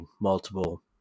multiple